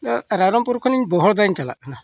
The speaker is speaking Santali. ᱨᱟᱭᱨᱚᱝᱯᱩᱨ ᱠᱷᱚᱱᱟᱜ ᱵᱚᱦᱚᱲᱟᱫᱟᱧ ᱪᱟᱞᱟᱜ ᱠᱟᱱᱟ